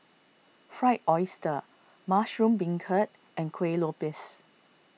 Fried Oyster Mushroom Beancurd and Kuih Lopes